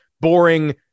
boring